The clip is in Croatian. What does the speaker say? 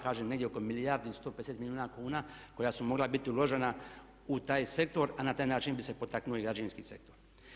Kažem, negdje milijardu i 150 milijuna kuna koja su mogla biti uložena u taj sektor, a na taj način bi se potaknuli građevinski sektor.